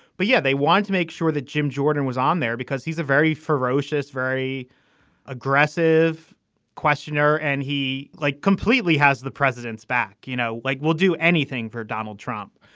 but yeah they want to make sure that jim jordan was on there because he's a very ferocious very aggressive questioner and he like completely has the president's back. you know like we'll do anything for donald trump.